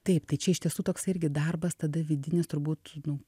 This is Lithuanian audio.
taip tai čia iš tiesų toksai irgi darbas tada vidinis turbūt nu